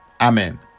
Amen